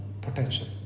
potential